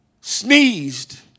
sneezed